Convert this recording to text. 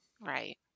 Right